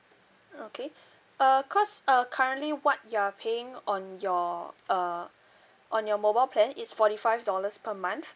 okay uh cause uh currently what you are paying on your uh on your mobile plan is forty five dollars per month